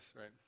right